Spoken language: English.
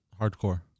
hardcore